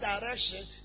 direction